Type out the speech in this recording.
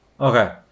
Okay